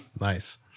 Nice